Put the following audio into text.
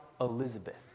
Elizabeth